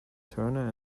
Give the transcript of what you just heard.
turner